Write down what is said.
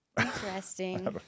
Interesting